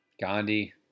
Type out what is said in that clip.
Gandhi